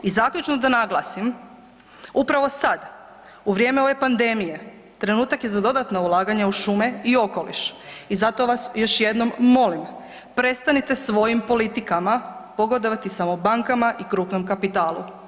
I zaključno da naglasim, upravo sad u vrijeme ove pandemije trenutak je za dodatna ulaganja u šume i okoliš i zato vaš još jednom molim prestanite svojim politikama pogodovati samo bankama i krupnom kapitalu.